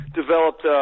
developed